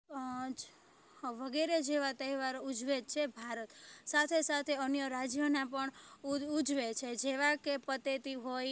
વાંઝ વગેરે જેવા તહેવારો ઉજવે છે ભારત સાથે સાથે અન્ય રાજ્યના પણ ઉજવે છે જેવા કે પતેતી હોય